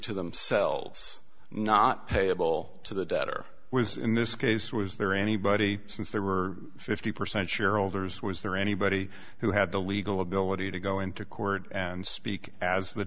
to themselves not payable to the debtor was in this case was there anybody since there were fifty percent shareholders was there anybody who had the legal ability to go into court and speak as the